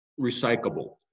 recyclable